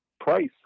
price